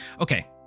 okay